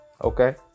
Okay